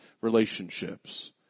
relationships